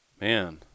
Man